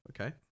Okay